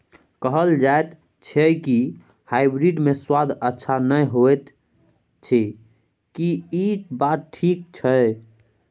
कहल जायत अछि की हाइब्रिड मे स्वाद अच्छा नही होयत अछि, की इ बात ठीक अछि?